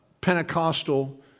Pentecostal